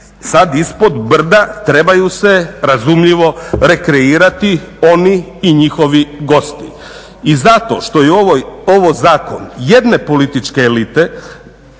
sad ispod brda trebaju se, razumljivo, rekreirati oni i njihovi gosti. I zato što je ovo zakon jedne političke elite,